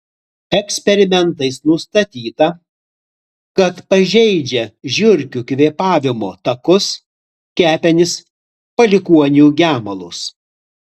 eksperimentais nustatyta kad pažeidžia žiurkių kvėpavimo takus kepenis palikuonių gemalus